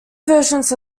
versions